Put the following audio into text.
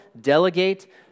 delegate